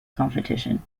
competition